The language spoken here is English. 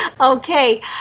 Okay